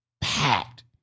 Packed